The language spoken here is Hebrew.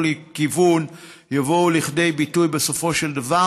כיוון יבואו לכדי ביטוי בסופו של דבר.